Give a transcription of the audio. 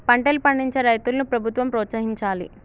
పంటలు పండించే రైతులను ప్రభుత్వం ప్రోత్సహించాలి